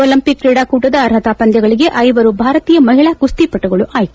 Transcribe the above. Olympic ಕ್ರೀಡಾಕೂಟದ ಅರ್ಹತಾ ಪಂದ್ಲಗಳಗೆ ಐವರು ಭಾರತೀಯ ಮಹಿಳಾ ಕುಸ್ತಿಪಟುಗಳು ಆಯ್ಲೆ